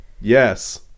Yes